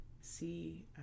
see